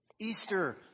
Easter